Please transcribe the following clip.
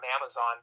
Amazon